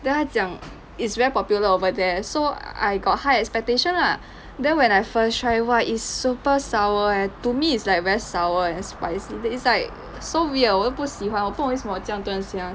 then 他讲 it's very popular over there so I got high expectation lah then when I first try !wah! it's super sour eh to me it's like very sour and spicy it's like so weird 我都不喜欢不懂为什么这样多人喜欢